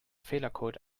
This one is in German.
fehlercode